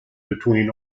between